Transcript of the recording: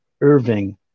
Irving